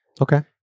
Okay